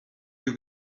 you